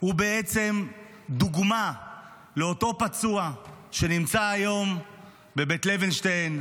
הוא בעצם דוגמה לאותו פצוע שנמצא היום בבית לוינשטיין,